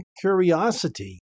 curiosity